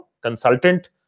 consultant